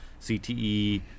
CTE